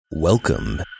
Welcome